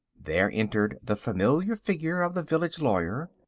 there entered the familiar figure of the village lawyer.